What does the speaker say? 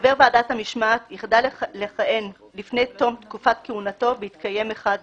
חבר ועדת המשמעת יחדל לכהן לפני תום תקופת כהונתו בהתקיים אחד מאלה: